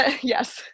Yes